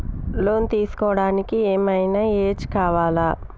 Loan తీస్కోవడానికి ఏం ఐనా ఏజ్ కావాలా?